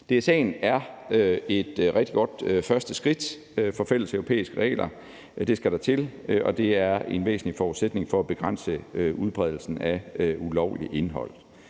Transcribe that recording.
DSA'en er et rigtig godt første skridt i forhold til at få fælleseuropæiske regler. Det skal der til, og det er en væsentlig forudsætning for at begrænse udbredelsen af ulovligt indhold.